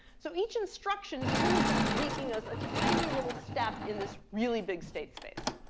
so each instruction is really just taking us a tiny little step in this really big state space.